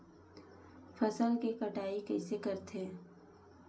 फसल के कटाई कइसे करथे?